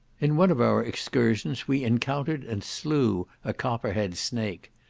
in one of our excursions we encountered and slew a copperhead snake.